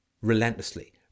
relentlessly